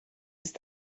ist